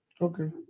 Okay